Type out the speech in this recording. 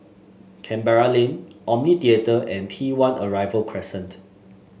Canberra Lane Omni Theatre and T One Arrival Crescent